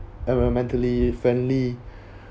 environmentally friendly